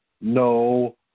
no